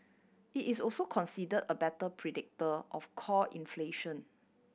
it is also considered a better predictor of core inflation